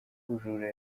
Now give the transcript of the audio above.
ubujura